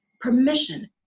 permission